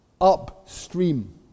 upstream